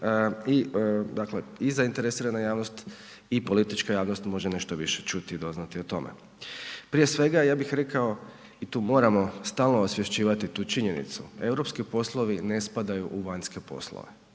i zainteresirana javnost i politička javnost može nešto više čuti i doznati o tome. Prije svega ja bih rekao i tu moramo stalno osvješćivati tu činjenicu, europski poslovi ne spadaju u vanjske poslove,